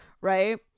right